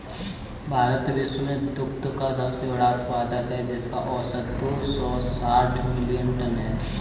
भारत विश्व में दुग्ध का सबसे बड़ा उत्पादक है, जिसका औसत दो सौ साठ मिलियन टन है